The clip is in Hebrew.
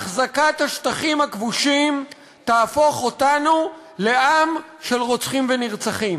החזקת השטחים הכבושים תהפוך אותנו לעם של רוצחים ונרצחים,